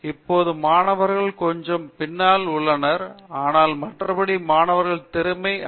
விஸ்வநாதன் இப்போது மாணவர்கள் கொஞ்சம் பின்னால் உள்ளனர் ஆனால் மற்றபடி மாணவர்களின் திறமை அதே தான்